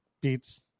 beats